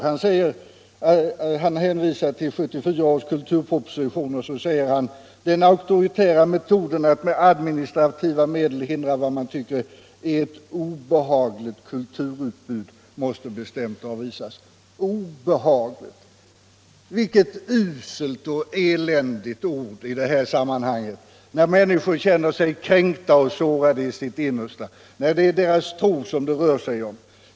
Han hänvisar där till 1974 års kulturproposition och säger då att ”den auktoritära metoden att med administrativa medel hindra vad man tycker är ett obehagligt kulturutbud måste bestämt avvisas”. Obehagligt! Vilket uselt, vilket eländigt ord i detta sammanhang, när människor känner sig kränkta och sårade i sitt innersta, när det är deras tro det rör sig om!